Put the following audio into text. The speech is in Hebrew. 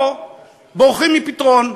פה בורחים מפתרון.